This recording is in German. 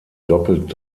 doppelt